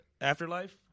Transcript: Afterlife